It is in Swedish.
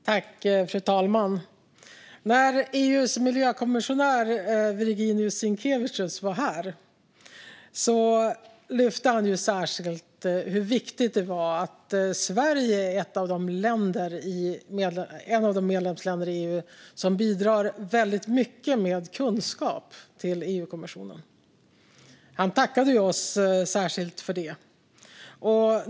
Fru talman! När EU:s miljökommissionär Virginijus Sinkevicius var här lyfte han särskilt fram hur viktigt det är att Sverige är ett av de medlemsländer i EU som bidrar mycket med kunskap till EU-kommissionen. Han tackade oss särskilt för det.